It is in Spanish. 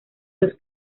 los